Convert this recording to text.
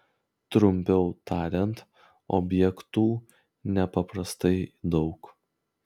trumpiau tariant objektų nepaprastai daug